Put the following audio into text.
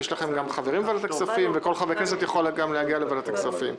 יש לכם חברים בוועדת הכספים וכל חבר כנסת יכול להגיע לוועדת הכספים.